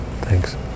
Thanks